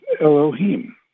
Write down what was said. Elohim